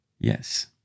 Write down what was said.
Yes